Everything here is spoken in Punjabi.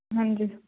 ਹਾਂਜੀ